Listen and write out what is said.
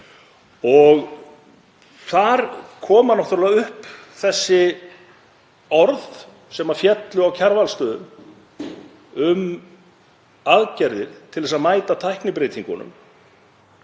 Þar koma náttúrlega upp þessi orð sem féllu á Kjarvalsstöðum um aðgerðir til að mæta tæknibreytingunum,